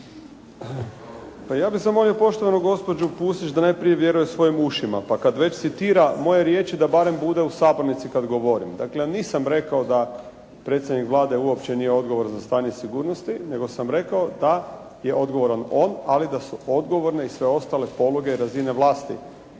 Pa ja bih zamolio poštovanu gospođu Pusić da najprije vjeruje svojim ušima, pa kada već citira moje riječi, da barem bude u sabornici kada govorim. Dakle, nisam rekao da predsjednik Vlade uopće nije odgovoran za stanje sigurnosti, nego sam rekao da je odgovoran on, ali da su odgovorne i sve ostale poluge i razine vlasti